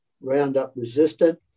Roundup-resistant